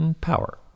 Power